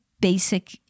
basic